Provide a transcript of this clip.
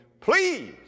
please